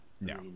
No